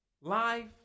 Life